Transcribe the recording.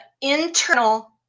internal